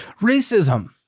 Racism